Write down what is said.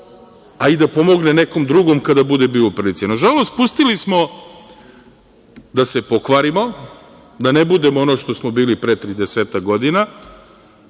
a i da pomogne nekom drugom kada bude bio u prilici. Nažalost, pustili smo da se pokvarimo, da ne budemo ono što smo bili pre 30-ak godina